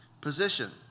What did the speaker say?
position